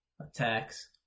attacks